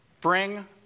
bring